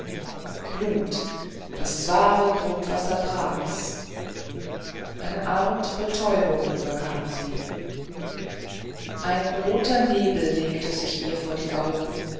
blut das wahre grundwasser prags eine art betäubung kam über sie ein roter nebel legte sich ihr vor die augen